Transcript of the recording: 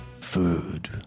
Food